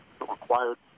required